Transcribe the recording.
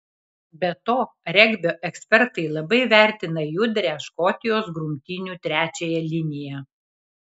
be to regbio ekspertai labai vertina judrią škotijos grumtynių trečiąją liniją